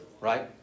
right